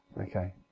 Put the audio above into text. Okay